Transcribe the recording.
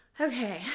Okay